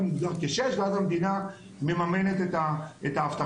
מוגדר כשש ואז המדינה מממנת את האבטחה.